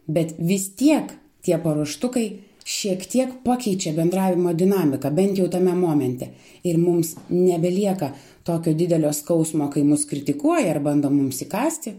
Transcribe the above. bet vis tiek tie paruoštukai šiek tiek pakeičia bendravimo dinamiką bent jau tame momente ir mums nebelieka tokio didelio skausmo kai mus kritikuoja ar bando mums įkąsti